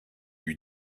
lui